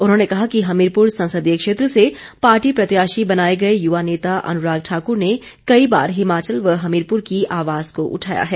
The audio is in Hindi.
उन्होंने कहा कि हमीरपुर संसदीय क्षेत्र से पार्टी प्रत्याशी बनाए गए युवा नेता अनुराग ठाकुर ने कई बार हिमाचल व हमीरपुर की आवाज को उठाया है